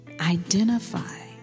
identify